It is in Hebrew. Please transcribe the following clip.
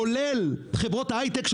כולל חברות הייטק,